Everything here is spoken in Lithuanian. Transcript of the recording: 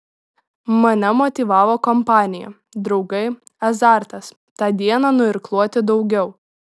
mane motyvavo kompanija draugai azartas tą dieną nuirkluoti daugiau